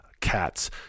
cats